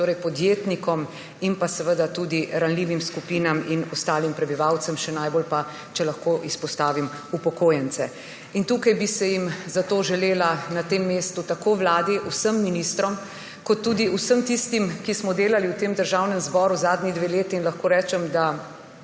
torej podjetnikom, in seveda tudi ranljivim skupinam in ostalim prebivalcem, še najbolj pa, če lahko izpostavim, upokojencem. Tukaj bi se jim zato želela na tem mestu [zahvaliti], tako vladi, vsem ministrom kot tudi vsem tistim, ki smo delali v Državnem zboru zadnji dve leti in lahko rečem, da